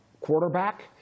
quarterback